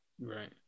Right